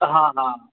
ਹਾਂ ਹਾਂ